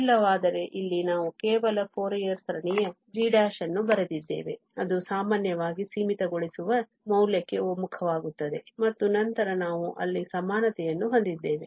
ಇಲ್ಲವಾದರೆ ಇಲ್ಲಿ ನಾವು ಕೇವಲ ಫೋರಿಯರ್ ಸರಣಿಯ g ಅನ್ನು ಬರೆದಿದ್ದೇವೆ ಅದು ಸಾಮಾನ್ಯವಾಗಿ ಸೀಮಿತಗೊಳಿಸುವ ಮೌಲ್ಯಕ್ಕೆ ಒಮ್ಮುಖವಾಗುತ್ತದೆ ಮತ್ತು ನಂತರ ನಾವು ಅಲ್ಲಿ ಸಮಾನತೆಯನ್ನು ಹೊಂದಿದ್ದೇವೆ